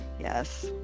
Yes